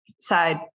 side